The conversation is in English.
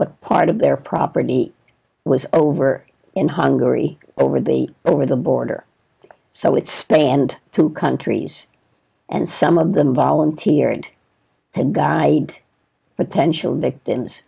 but part of their property was over in hungary over the over the border so it spanned two countries and some of them volunteered to guide potential victims